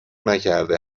نکرده